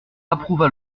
approuva